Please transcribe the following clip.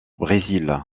brésil